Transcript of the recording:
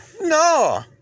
no